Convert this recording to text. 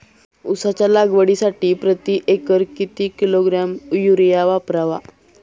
उसाच्या लागवडीसाठी प्रति एकर किती किलोग्रॅम युरिया वापरावा?